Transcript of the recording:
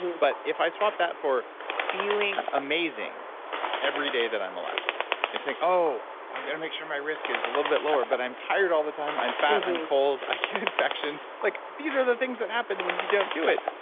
but if i swapped that for feeling amazing every day that i'm alive and saying, oh well i'm going to make sure my risk is a little bit lower, but i'm tired all the time. i'm fat, i'm cold, i get infections. like these are the things that happened when you don't do it.